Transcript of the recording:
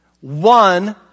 one